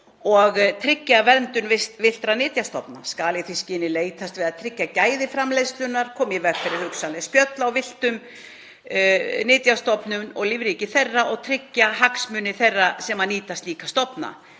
og tryggja verndun villtra nytjastofna. Skal í því skyni leitast við að tryggja gæði framleiðslunnar, koma í veg fyrir hugsanleg spjöll á villtum nytjastofnum og lífríki þeirra og tryggja hagsmuni þeirra sem nýta slíka stofna.